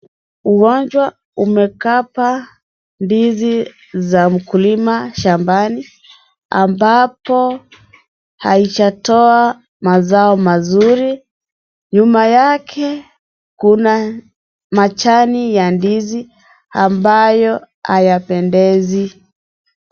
Uwanja umekapa ndizi za mkulima shambani, ambapo haijatoa mazao mazuri. Nyuma yake kuna majani ya ndizi, ambayo hayapendezi.